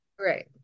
right